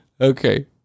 Okay